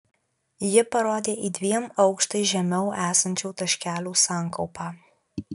ji parodė į dviem aukštais žemiau esančių taškelių sankaupą